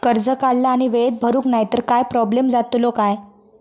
कर्ज काढला आणि वेळेत भरुक नाय तर काय प्रोब्लेम जातलो काय?